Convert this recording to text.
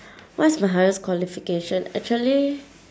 what's my highest qualification actually